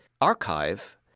archive